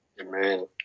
Amen